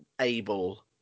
able